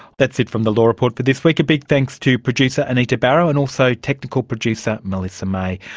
that's it from the law report for this week. a big thanks to producer anita barraud and also technical producer melissa may.